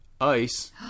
Ice